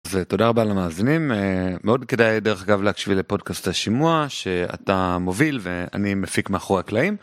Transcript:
אז תודה רבה למאזינים, מאוד כדאי דרך אגב להקשיב לפודקאסט השימוע שאתה מוביל ואני מפיק מאחור הקלעים.